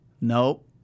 Nope